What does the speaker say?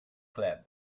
club